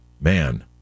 man